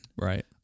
right